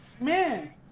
Man